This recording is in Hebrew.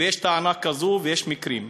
ויש טענה כזו ויש מקרים.